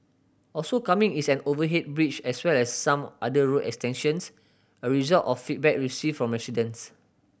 also coming is an overhead bridge as well as some other road extensions a result of feedback received from residents